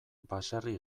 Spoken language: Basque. baserri